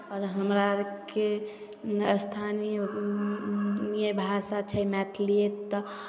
आओर हमरा अरके स्थानीय भाषा छै मैथिलिए तऽ